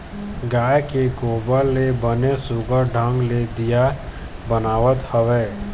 गाय के गोबर ले बनेच सुग्घर ढंग ले दीया बनात हवय